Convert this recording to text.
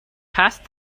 passed